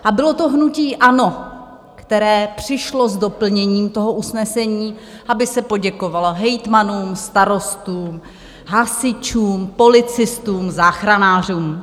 A bylo to hnutí ANO, které přišlo s doplněním toho usnesení, aby se poděkovalo hejtmanům, starostům, hasičům, policistům, záchranářům.